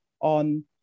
on